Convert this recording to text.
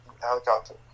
helicopter